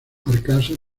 arkansas